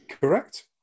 Correct